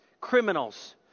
criminals